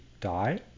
die